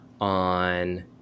on